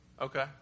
Okay